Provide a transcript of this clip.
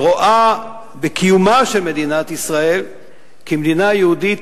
ורואה בקיומה של מדינת ישראל כמדינה יהודית